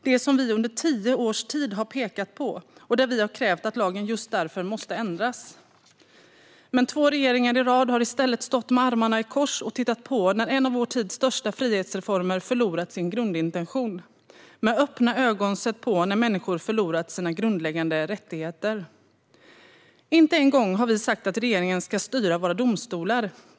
Detta har vi under tio års tid pekat på, och vi har krävt att lagen just därför måste ändras. Men två regeringar i rad har i stället stått med armarna i kors och tittat på när en av vår tids största frihetsreformer har förlorat sin grundintention. Med öppna ögon har de sett på när människor har förlorat sina grundläggande rättigheter. Inte en gång har vi sagt att regeringen ska styra våra domstolar.